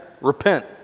Repent